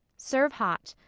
serve hot.